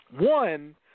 One